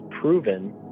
proven